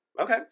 Okay